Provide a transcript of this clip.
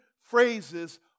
phrases